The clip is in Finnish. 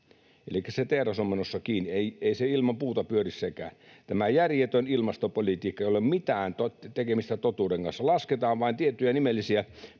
Elikkä se tehdas on menossa kiinni. Ei se ilman puuta pyöri sekään. Tämä järjetön ilmastopolitiikka, jolla ei ole mitään tekemistä totuuden kanssa — lasketaan vain tiettyjä nimellisiä poistumia.